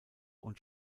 und